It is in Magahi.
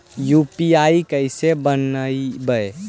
यु.पी.आई कैसे बनइबै?